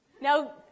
Now